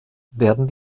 werden